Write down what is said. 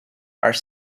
are